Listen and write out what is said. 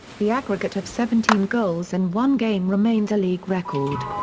the aggregate of seventeen goals in one game remains a league record.